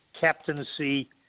captaincy